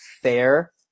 fair